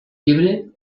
llibre